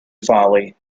folly